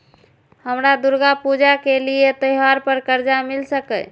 हमरा दुर्गा पूजा के लिए त्योहार पर कर्जा मिल सकय?